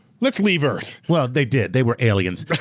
let's leave earth. well, they did, they were aliens.